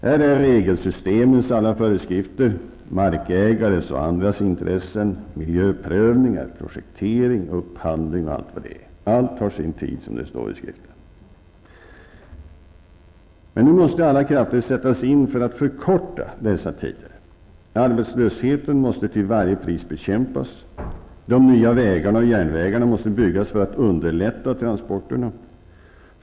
Det är regelsystemens alla föreskrifter, markägares och andras intressen, miljöprövningar, projektering, upphandling m.m. -- allt har sin tid, som det står i Skriften. Men nu måste alla krafter sättas in för att förkorta dessa tider. Arbetslösheten måste till varje pris bekämpas. De nya vägarna och järnvägarna måste byggas för att underlätta transporterna.